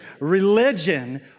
Religion